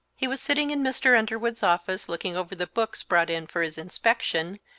he was sitting in mr. underwood's office, looking over the books brought in for his inspection,